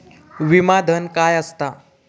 विमा धन काय असता?